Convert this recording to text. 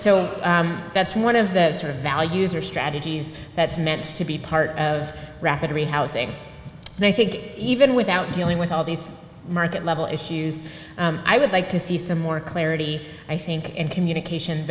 so that's one of the sort of values or strategies that's meant to be part of rapidly housing and i think even without dealing with all these market level issues i would like to see some more clarity i think in communication